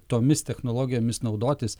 tomis technologijomis naudotis